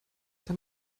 der